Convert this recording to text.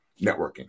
networking